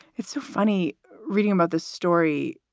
it's a funny reading about this story.